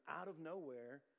out-of-nowhere